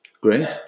Great